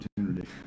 opportunity